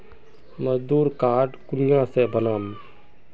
मजदूर कार्ड कुनियाँ से बनाम?